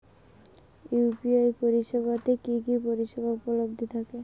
UPI পরিষেবা তে কি কি পরিষেবা উপলব্ধি থাকে?